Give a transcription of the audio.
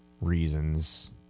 reasons